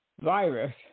virus